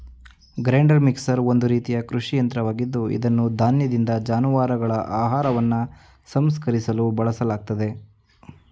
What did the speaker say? grinder mixer ಒಂದು ರೀತಿಯ ಕೃಷಿ ಯಂತ್ರವಾಗಿದ್ದು ಇದನ್ನು ಧಾನ್ಯದಿಂದ ಜಾನುವಾರುಗಳ ಆಹಾರವನ್ನು ಸಂಸ್ಕರಿಸಲು ಬಳಸಲಾಗ್ತದೆ